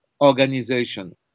organization